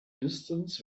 distance